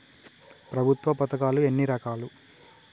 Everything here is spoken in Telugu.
ప్రభుత్వ పథకాలు ఎన్ని రకాలు?